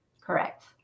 Correct